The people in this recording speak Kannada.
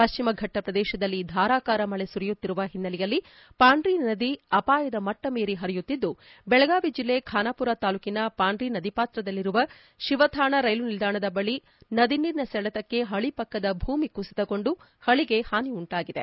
ಪಶ್ಚಿಮಫಟ್ಟ ಪ್ರದೇಶದಲ್ಲಿ ಧಾರಾಕಾರ ಮಳೆ ಸುರಿಯುತ್ತಿರುವ ಹಿನ್ನೆಲೆಯಲ್ಲಿ ಪಾಂದ್ರಿ ನದಿ ಅಪಾಯ ಮಟ್ಟ ಮೀರಿ ಹರಿಯುತ್ತಿದ್ದು ಬೆಳಗಾವಿ ಜಿಲ್ಲೆ ಖಾನಾಪುರ ತಾಲೂಕಿನ ಪಾಂಡ್ರಿ ನದಿಪಾತ್ರದಲ್ಲಿರುವ ಶಿವಥಾಣ ರೈಲು ನಿಲ್ದಾಣದ ಬಳಿ ನದಿ ನೀರಿನ ಸೆಳೆತಕ್ಕೆ ಹಳಿ ಪಕ್ಕದ ಭೂಮಿ ಕುಸಿತಗೊಂಡು ಹಳಿಗೆ ಹಾನಿ ಉಂಟಾಗಿದೆ